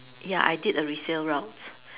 ya I did a resale route